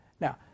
Now